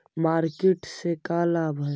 Market से का लाभ है?